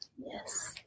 Yes